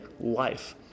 life